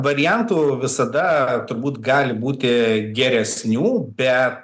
variantų visada turbūt gali būti geresnių bet